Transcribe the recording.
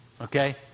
Okay